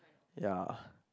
yeah